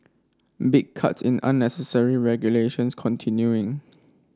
big cuts in unnecessary regulations continuing